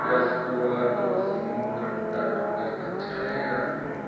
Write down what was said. क्या शुक्रवार को समुन्द्र तट पर अच्छा रहेगा